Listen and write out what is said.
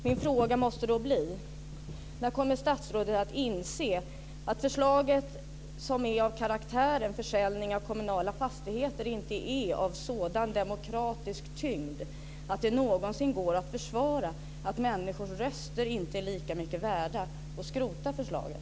Min fråga måste då bli: När kommer statsrådet att inse att förslaget som är av karaktären försäljning av kommunala fastigheter inte är av sådan demokratisk tyngd att det någonsin går att försvara att människors röster inte är lika mycket värda, och skrota förslaget?